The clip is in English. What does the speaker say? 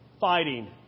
fighting